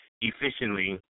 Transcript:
efficiently